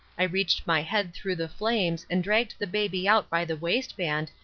i reached my head through the flames and dragged the baby out by the waist-band,